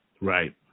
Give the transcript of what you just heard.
Right